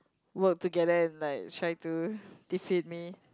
work together and like try to defeat me